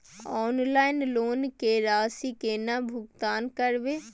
Online loan के राशि केना भुगतान करबे?